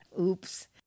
Oops